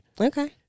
Okay